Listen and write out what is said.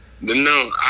No